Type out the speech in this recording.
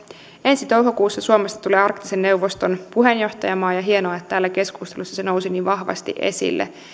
ensi toukokuussa suomesta tulee arktisen neuvoston puheenjohtajamaa ja on hienoa että täällä keskustelussa se nousi niin vahvasti esille